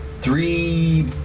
three